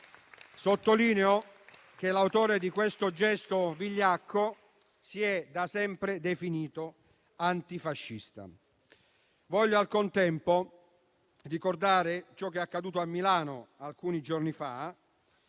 Sottolineo che l'autore di questo gesto vigliacco si è da sempre definito antifascista. Voglio al contempo ricordare ciò che è accaduto a Milano alcuni giorni fa,